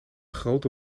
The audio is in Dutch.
grote